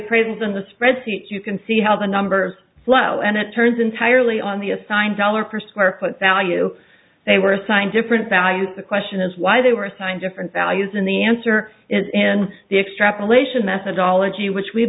presence on the spreadsheet you can see how the numbers flow and it turns entirely on the assigned dollar per square foot value they were assigned different values the question is why they were assigned different values in the answer is in the extrapolation methodology which we